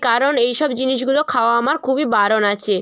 কারণ এই সব জিনিসগুলো খাওয়া আমার খুবই বারণ আছে